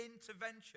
intervention